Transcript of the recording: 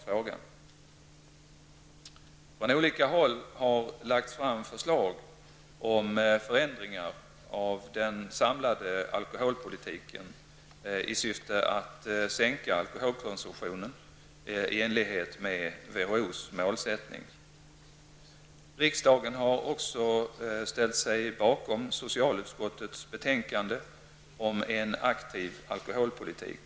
Från olika håll har lagts fram förslag om förändringar av den samlade alkoholpolitiken i syfte att sänka alkoholkonsumtionen i enlighet med WHOs målsättning. Riksdagen har också ställt sig bakom socialutskottets betänkande om en aktiv alkoholpolitik.